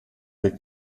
wir